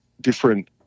different